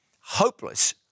hopeless